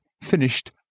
finished